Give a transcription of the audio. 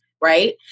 right